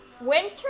winter